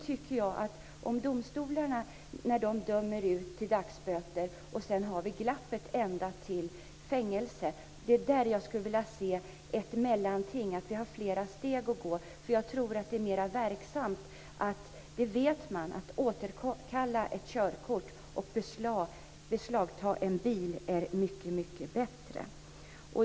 Domstolarna dömer till dagsböter, och sedan har vi ett glapp ända till fängelse. Det är där jag skulle vilja se ett mellanting, att vi har flera steg att gå. Jag tror att det är mer verksamt. Man vet att det är mycket bättre att återkalla ett körkort och att beslagta en bil.